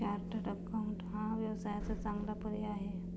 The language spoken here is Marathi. चार्टर्ड अकाउंटंट हा व्यवसायाचा चांगला पर्याय आहे